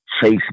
Chase